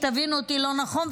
שלא תבין אותי לא נכון,